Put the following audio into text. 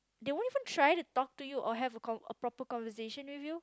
they won't even try to talk to you or have a con~ a proper conversation with you